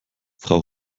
frau